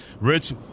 Rich